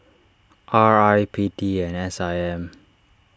R I P T and S I M